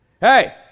Hey